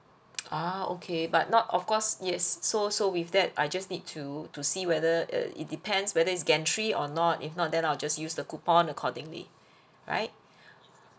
ah okay but not of course yes so so with that I just need to to see whether err it depends whether it's gantry or not if not then I'll just use the coupon accordingly right